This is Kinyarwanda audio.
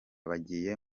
bagiye